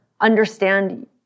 understand